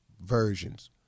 versions